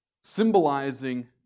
Symbolizing